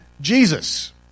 Jesus